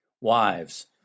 Wives